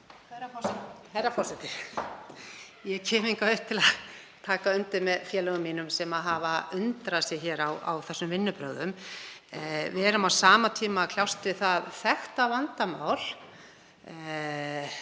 Herra forseti. Ég kem hingað upp til að taka undir með félögum mínum sem hafa undrað sig á þessum vinnubrögðum. Við erum á sama tíma að kljást við það þekkta vandamál